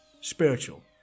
spiritual